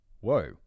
Whoa